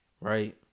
right